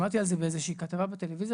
שמעתי על זה באיזושהי כתבה בטלוויזיה